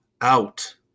out